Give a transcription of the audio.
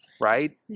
right